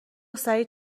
سعید